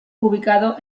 ubicado